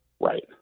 Right